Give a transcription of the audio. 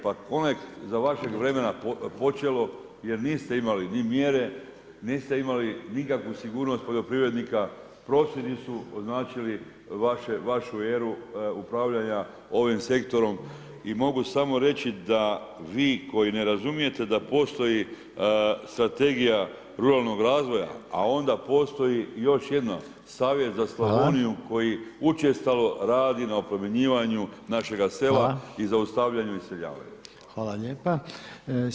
Pa ono je za vašeg vremena počelo jer niste imali ni mjere, niste imali nikakvu sigurnost poljoprivrednika, prosvjedi su označili vašu eru upravljanja ovim sektorom i mogu samo reći da vi koji ne razumijete da postoji strategija ruralnog razvoja, a onda postoji još jedno, savjet za Slavoniju koji učestalo radi na oplemenjivanju našega sela i zaustavljanju iseljavanja.